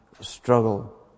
struggle